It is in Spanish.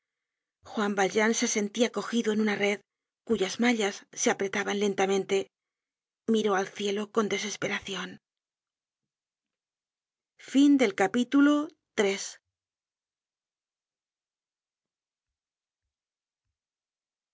juan valjean se sentia cogido en una red cuyas mallas se apretaban lentamente miró al cielo con desesperacion content from